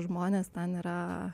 žmonės ten yra